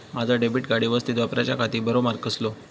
माजा debit card यवस्तीत वापराच्याखाती बरो मार्ग कसलो?